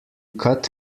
cut